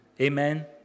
Amen